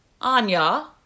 Anya